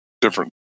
different